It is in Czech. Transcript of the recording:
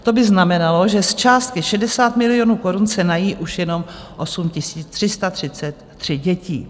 To by znamenalo, že z částky 60 milionů korun se nají už jenom 8 333 dětí.